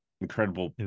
incredible